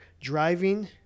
driving